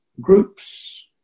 groups